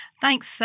Thanks